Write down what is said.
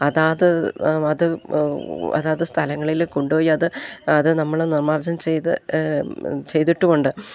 അതാത് അത് അതാത് സ്ഥലങ്ങളിൽ കൊണ്ടു പോയി അത് അത് നമ്മൾ നിർമ്മാർജ്ജനം ചെയ്ത് ചെയ്തിട്ടുമുണ്ട്